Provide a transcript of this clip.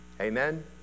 Amen